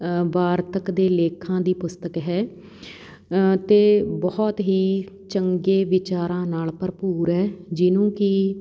ਵਾਰਤਕ ਦੇ ਲੇਖਾਂ ਦੀ ਪੁਸਤਕ ਹੈ ਅਤੇ ਬਹੁਤ ਹੀ ਚੰਗੇ ਵਿਚਾਰਾਂ ਨਾਲ ਭਰਪੂਰ ਹੈ ਜਿਹਨੂੰ ਕਿ